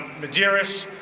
madeiras,